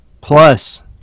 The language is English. Plus